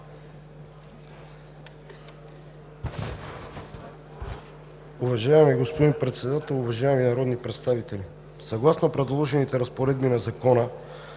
Уважаеми господин Председател, уважаеми народни представители! Съгласно предложените разпоредби на Закона